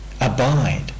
abide